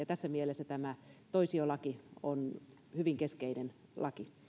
tässä mielessä tämä toisiolaki on hyvin keskeinen laki